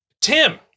Tim